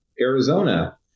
Arizona